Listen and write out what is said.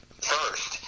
first